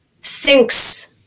thinks